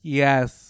yes